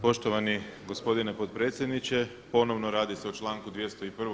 Poštovani gospodine potpredsjedniče, ponovno radi se o članku 201.